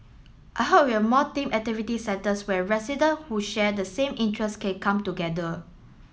I hope we have more themed activity centres where resident who share the same interest can come together